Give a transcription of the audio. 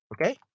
Okay